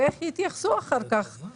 ואיך יתייחסו לזה אחר כך?